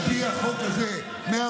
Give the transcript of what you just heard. אתה זה שתמכת בלשחרר את, על פי החוק הזה, 144(א).